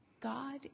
God